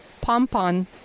pompon